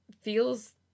feels